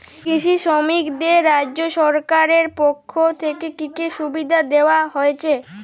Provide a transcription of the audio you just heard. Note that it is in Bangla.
কৃষি শ্রমিকদের রাজ্য সরকারের পক্ষ থেকে কি কি সুবিধা দেওয়া হয়েছে?